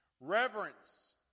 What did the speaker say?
Reverence